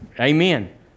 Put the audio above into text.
amen